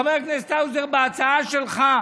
חבר הכנסת האוזר, בהצעה שלך,